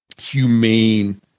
humane